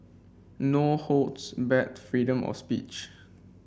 no holds barred freedom of speech